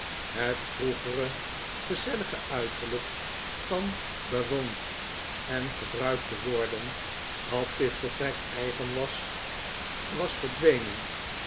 het vroegere gezellige uiterlijk van bewoond en gebruikt te worden dat dit vertrek eigen was was verdwenen